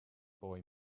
boy